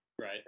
Right